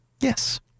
Yes